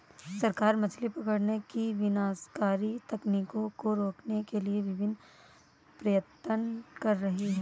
सरकार मछली पकड़ने की विनाशकारी तकनीकों को रोकने के लिए विभिन्न प्रयत्न कर रही है